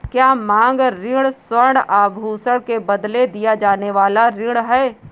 क्या मांग ऋण स्वर्ण आभूषण के बदले दिया जाने वाला ऋण है?